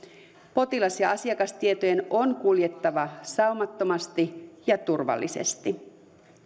potilas ja asiakastietojen on kuljettava saumattomasti ja turvallisesti